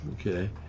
Okay